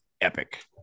epic